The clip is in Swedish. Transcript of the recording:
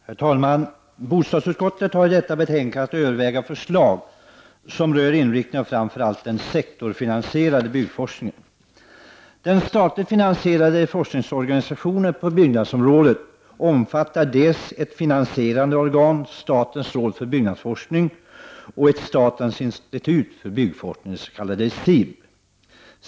Herr talman! Bostadsutskottet har i detta betänkande att överväga förslag som rör inriktningen av framför allt den sektorsfinansierade byggforskningen. Den statligt finansierade forskningsorganisationen på byggnadsområdet omfattar ett finansierande organ — statens råd för byggnadsforskning — och statens institut för byggnadsforskning, SIB.